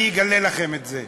אני אגלה לכם את זה: